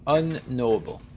unknowable